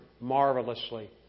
marvelously